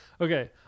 Okay